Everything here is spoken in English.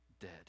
dead